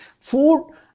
food